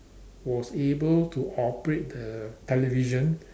was able to operate the television